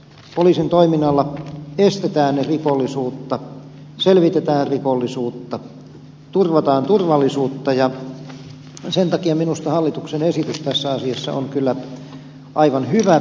poliisin toiminnalla estetään rikollisuutta selvitetään rikollisuutta turvataan turvallisuutta ja sen takia minusta hallituksen esitys tässä asiassa on kyllä aivan hyvä